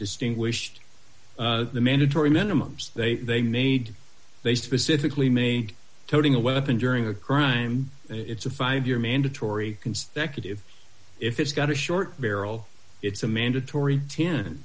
distinguished the mandatory minimums they made they specifically made toting a weapon during a crime it's a five year mandatory consecutive if it's got a short barrel it's a mandatory ten